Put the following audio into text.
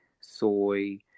soy